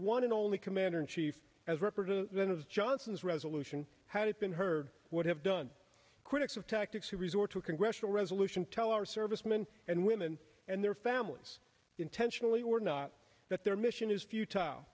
one and only commander in chief as record that of johnson's resolution how did been heard would have done critics of tactics who resort to a congressional resolution tell our servicemen and women and their families intentionally or not that their mission is futile